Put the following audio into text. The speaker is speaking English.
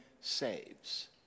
saves